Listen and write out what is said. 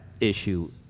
issue